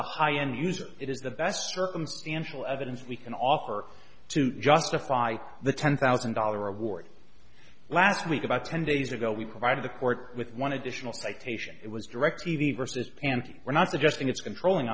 the high end user it is the best circumstantial evidence we can offer to justify the ten thousand dollar award last week about ten days ago we provided the court with one additional citation it was direct t v versus and we're not suggesting it's controlling